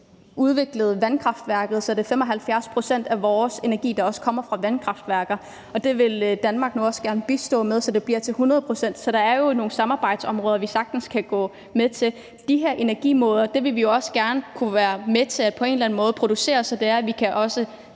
udviklet vandkraftværket, så det er 75 pct. af vores energi, der kommer fra vandkraftværker, og det vil Danmark nu også gerne bistå med, så det bliver til 100 pct. Så der er jo nogle samarbejdsområder, vi sagtens kan gå med til. I forhold til de her energimåder vil vi jo også gerne kunne være med til på en eller anden måde at producere, så vi nærmest kan